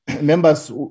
Members